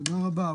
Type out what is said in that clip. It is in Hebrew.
תודה רבה,